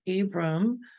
Abram